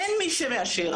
אין מי שמאשר.